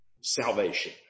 salvation